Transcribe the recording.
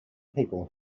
people